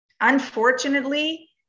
Unfortunately